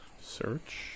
Search